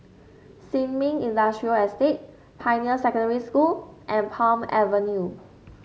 Sin Ming Industrial Estate Pioneer Secondary School and Palm Avenue